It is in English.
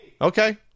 Okay